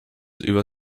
über